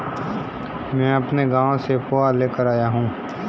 मैं अपने गांव से पोहा लेकर आया हूं